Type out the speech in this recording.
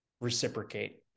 reciprocate